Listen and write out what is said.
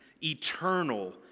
eternal